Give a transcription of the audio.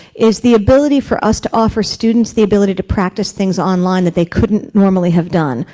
is the ability for us to offer students the ability to practice things online that they couldn't normally have done.